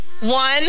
One